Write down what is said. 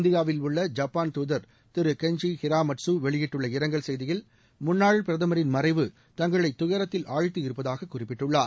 இந்தியாவில் உள்ள ஜப்பாள் தூதர் திரு கெஞ்சி ஹிராமாட்சு வெளியிட்டுள்ள இரங்கல் செய்தியில் முன்னாள் பிரதமரின் மறைவு தங்களை துயரத்தில் ஆழ்த்தியிருப்பதாக குறிப்பிட்டுள்ளார்